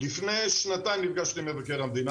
לפני שנתיים נפגשתי עם מבקר המדינה,